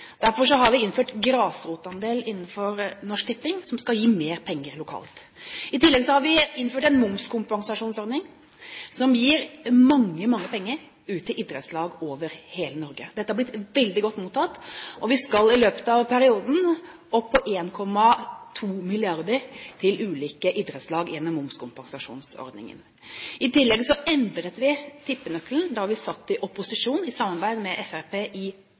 Derfor har vi innenfor Norsk Tipping innført en grasrotandel, som skal gi mer penger lokalt. I tillegg har vi innført en momskompensasjonsordning som gir mange, mange penger ut til idrettslag over hele Norge. Dette har blitt veldig godt mottatt, og vi skal i løpet av perioden opp på 1,2 mrd. kr til ulike idrettslag gjennom momskompensasjonsordningen. I tillegg endret vi tippenøkkelen da vi satt i opposisjon, i samarbeid med Fremskrittspartiet, i